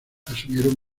asumieron